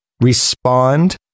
respond